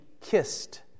kissed